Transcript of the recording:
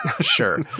sure